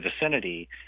vicinity